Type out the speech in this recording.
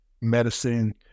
medicine